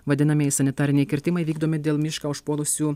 vadinamieji sanitariniai kirtimai vykdomi dėl mišką užpuolusių